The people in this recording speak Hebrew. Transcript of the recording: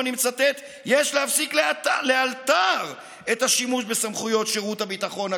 ואני מצטט: יש להפסיק לאלתר את השימוש בסמכויות שירות הביטחון הכללי.